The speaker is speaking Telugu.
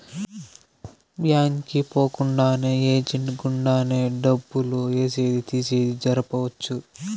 బ్యాంక్ కి పోకుండానే ఏజెంట్ గుండానే డబ్బులు ఏసేది తీసేది జరపొచ్చు